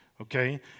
okay